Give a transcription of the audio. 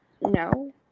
no